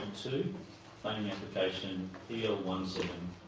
two, planning application p l one seven